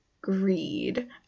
Greed